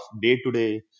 day-to-day